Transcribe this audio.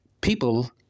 People